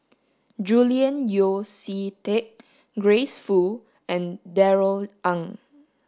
Julian Yeo See Teck Grace Fu and Darrell Ang